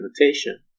invitation